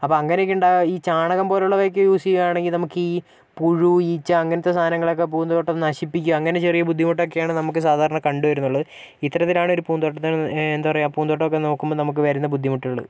അപ്പോൾ അങ്ങനൊക്കെയുണ്ടാകുമ്പോൾ ഈ ചാണകം പോലെയുള്ളതൊക്കെ യൂസ് ചെയ്യുകയാണെങ്കിൽ നമുക്കി പുഴു ഈച്ച അങ്ങനത്തെ സാധനങ്ങളൊക്കെ പൂന്തോട്ടം നശിപ്പിക്കും അങ്ങനെ ചെറിയ ബുദ്ധിമുട്ട് ഒക്കെയാണ് നമുക്ക് സാധാരണ കണ്ടുവരുന്നുള്ളു ഇത്തരത്തിലാണ് ഒരു പൂന്തോട്ടത്തിന് എന്താ പറയുക പൂന്തോട്ടം ഒക്കെ നോക്കുമ്പോൾ നമുക്ക് വരുന്ന ബുദ്ധിമുട്ടുകള്